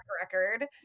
record